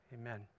Amen